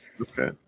Okay